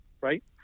right